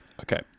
Okay